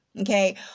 Okay